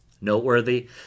noteworthy